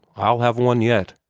i'll have one yet.